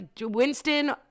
Winston